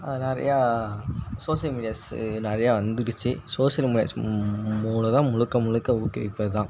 நிறையா social medias நிறையா வந்துடுச்சு சோஷியல் மீடியாஸ் மூலதான் முழுக்க முழுக்க ஊக்குவிப்பதுதான்